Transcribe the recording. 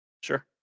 sure